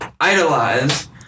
idolize